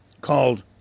called